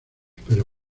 pero